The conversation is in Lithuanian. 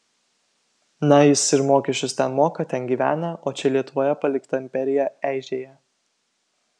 na jis ir mokesčius ten moka ten gyvena o čia lietuvoje palikta imperija eižėja